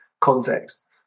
context